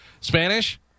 Spanish